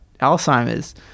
Alzheimer's